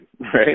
right